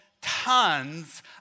tons